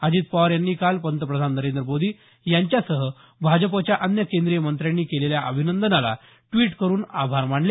अजित पवार यांनी काल पंतप्रधान नरेंद्र मोदी यांच्यासह भाजपच्या अन्य केंद्रीय मंत्र्यांनी केलेल्या अभिनंदनाला द्विट करून आभार मानले